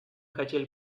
хотели